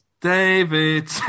David